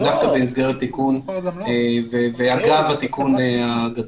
דווקא בהסדר התיקון ואגב התיקון הגדול.